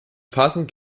fassen